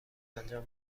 انجام